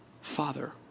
Father